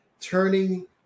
turning